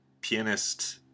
pianist